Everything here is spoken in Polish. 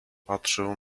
patrzał